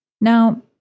Now